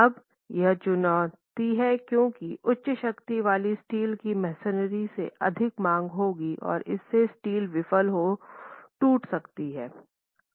अब यह चुनौती है क्योंकि उच्च शक्ति वाले स्टील की मेसनरी से अधिक मांग होगी और इससे स्टील विफल हो टूट सकता है